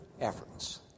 efforts